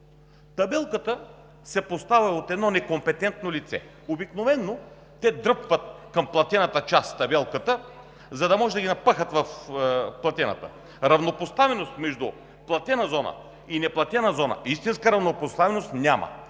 Табелката се поставя от едно некомпетентно лице. Обикновено те дръпват към платената част табелката, за да може да ги напъхат в платената. Равнопоставеност между платена зона и неплатена зона – истинска равнопоставеност, няма.